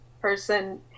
person